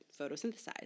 photosynthesize